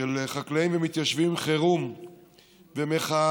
של חקלאים ומתיישבים, חירום ומחאה: